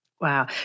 Wow